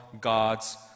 God's